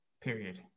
period